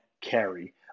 carry